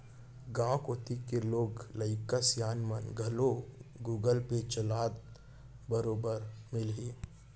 गॉंव कोती के लोग लइका सियान मन घलौ गुगल पे चलात बरोबर मिलहीं